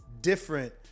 different